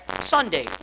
Sunday